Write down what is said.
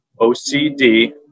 ocd